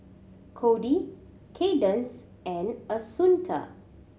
Kody Cadence and Assunta